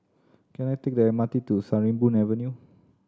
can I take the M R T to Sarimbun Avenue